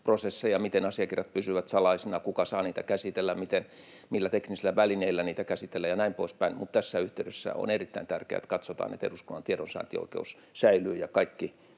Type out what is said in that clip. prosesseja siitä, miten asiakirjat pysyvät salaisina, kuka saa niitä käsitellä, millä teknisillä välineillä niitä käsitellään ja näin poispäin, mutta tässä yhteydessä on erittäin tärkeää, että katsotaan, että eduskunnan tiedonsaantioikeus säilyy ja kaikki